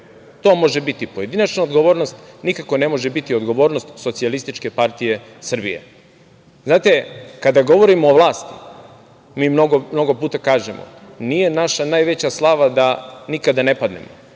To može biti pojedinačna odgovornost, nikako ne može biti odgovornost SPS.Znate, kada govorimo o vlasti, mi mnogo puta kažemo – nije naša najveća slava da nikada ne padnemo,